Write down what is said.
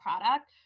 product